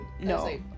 no